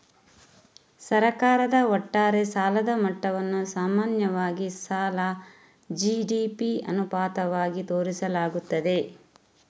ಸರ್ಕಾರದ ಒಟ್ಟಾರೆ ಸಾಲದ ಮಟ್ಟವನ್ನು ಸಾಮಾನ್ಯವಾಗಿ ಸಾಲ ಜಿ.ಡಿ.ಪಿ ಅನುಪಾತವಾಗಿ ತೋರಿಸಲಾಗುತ್ತದೆ